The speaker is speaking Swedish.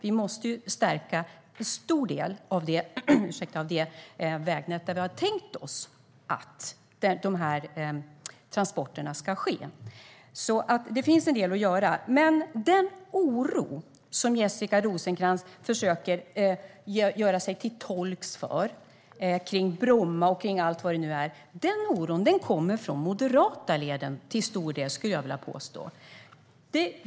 Vi måste stärka en stor del av det vägnät där vi har tänkt oss att de här transporterna ska gå. Det finns alltså en del att göra. Den oro som Jessica Rosencrantz försöker göra sig till tolk för kring Bromma och allt vad det nu är kommer till stor del från de moderata leden, skulle jag vilja påstå.